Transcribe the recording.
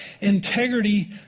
Integrity